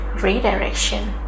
redirection